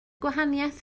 gwahaniaeth